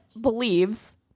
believes